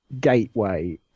gateway